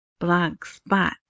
blogspot